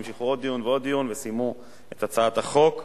המשיכו לעוד דיון ועוד דיון וסיימו את הצעת החוק.